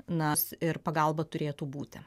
na ir pagalba turėtų būti